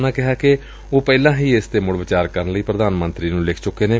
ਉਨਾਂ ਕਿਹਾ ਕਿ ਉਹ ਪਹਿਲਾਂ ਹੀ ਏਸ ਤੇ ਮੁੜ ਵਿਚਾਰ ਕਰਨ ਲਈ ਪ੍ਰਧਾਨ ਮੰਤਰੀ ਨੂੰ ਚਿੱਠੀ ਲਿਖ ਚੁੱਕੇ ਨੇ